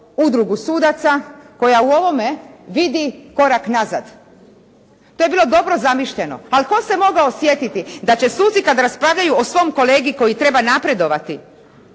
Udrugu sudaca koja u ovome vidi korak nazad. To je bilo dobro zamišljeno, ali tko se mogao sjetiti da će suci kada raspravljaju o svom kolegi koji treba napredovati